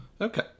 Okay